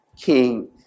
king